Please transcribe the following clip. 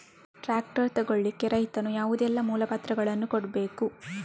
Tractor ತೆಗೊಳ್ಳಿಕೆ ರೈತನು ಯಾವುದೆಲ್ಲ ಮೂಲಪತ್ರಗಳನ್ನು ಕೊಡ್ಬೇಕು?